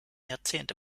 jahrzehnte